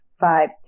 five